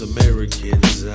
Americans